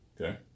okay